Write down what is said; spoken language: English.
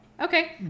Okay